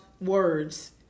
words